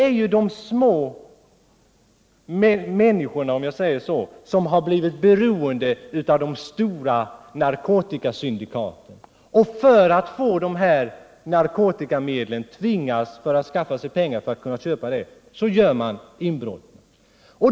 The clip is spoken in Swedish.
Jo, de små människorna har blivit beroende av de stora narkotikasyndikaten. För att få medel till narkotika tvingas dessa människor göra inbrott.